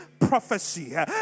prophecy